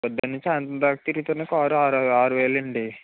పొద్దున నుంచి సాయంత్రం దాకా తిరిగితేనే కారు ఆరు ఆరువేలండి